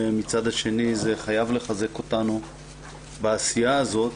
ומצד שני זה חייב לחזק אותנו בעשייה הזאת,